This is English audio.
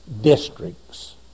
districts